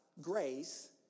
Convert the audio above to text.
grace